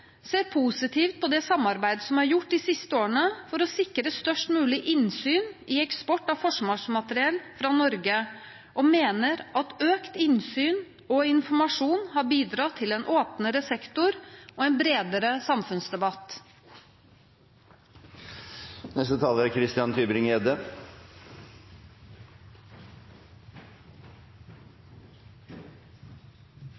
ser positivt på det samarbeidet som har vært de siste årene for å sikre størst mulig innsyn i eksport av forsvarsmateriell fra Norge, og mener at økt innsyn og informasjon har bidratt til en åpnere sektor og en bredere samfunnsdebatt. Statistisk sett er